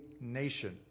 nation